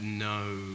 No